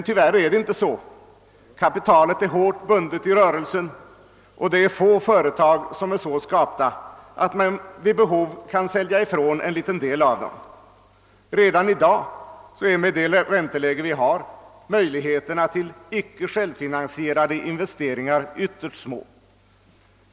Tyvärr är det inte så, utan kapitalet är hårt bundet i rörelsen och det är få företag som är så skapta, att man vid be hov kan sälja ifrån en liten del av dem. Redan i dag är — med det ränteläge vi har — möjligheterna till icke självfinansierade investeringar ytterst små.